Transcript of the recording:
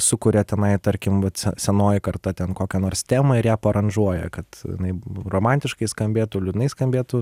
sukuria tenai tarkim vat se senoji karta ten kokią nors temą ir ją paaranžuoja kad jinai romantiškai skambėtų liūdnai skambėtų